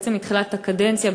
בעצם בתחילת הקדנציה,